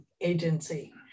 agency